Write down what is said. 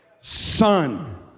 son